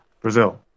Brazil